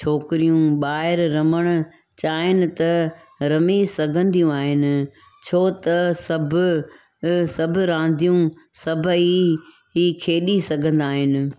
छोकिरियूं ॿाहिरि रमणु चाहीनि त रमी सघंदियूं आहिनि छो त सभु सभु रांदियूं सभेई ई खेॾी सघंदा आहिनि